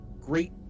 great